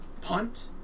Punt